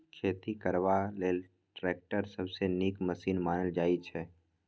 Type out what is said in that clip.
खेती करबा लेल टैक्टर सबसँ नीक मशीन मानल जाइ छै